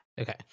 Okay